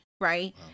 Right